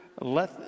let